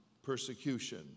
persecution